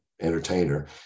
entertainer